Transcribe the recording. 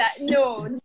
no